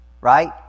Right